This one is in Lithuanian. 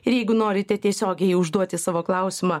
ir jeigu norite tiesiogiai užduoti savo klausimą